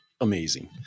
amazing